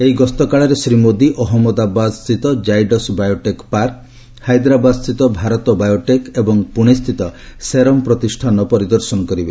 ଏହି ଗସ୍ତକାଳରେ ଶ୍ରୀ ମୋଦି ଅହମ୍ମଦାବାଦସ୍ଥିତ କାଇଡସ୍ ବାୟୋଟେକ୍ ପାର୍କ ହାଇଦ୍ରାବାଦସ୍ଥିତ ଭାରତ ବାୟୋଟେକ୍ ଏବଂ ପୁଣ୍ଡେସ୍ଥିତ ସେରମ୍ ପ୍ରତିଷ୍ଠାନର ପରିଦର୍ଶନ କରିବେ